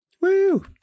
Woo